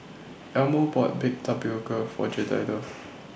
Elmo bought Baked Tapioca For Jedidiah